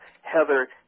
Heather